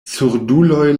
surduloj